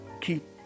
Keep